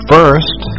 First